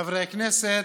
חברי הכנסת,